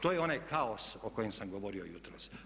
To je onaj kaos o kojem sam govorio jutros.